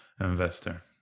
investor